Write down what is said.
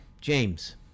James